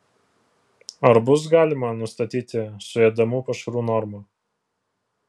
ar bus galima nustatyti suėdamų pašarų normą